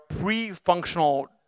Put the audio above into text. pre-functional